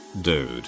dude